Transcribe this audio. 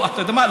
אתה יודע מה?